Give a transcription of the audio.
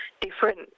different